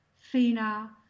fina